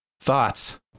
thoughts